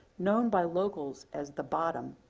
known by locals as the bottom,